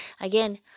Again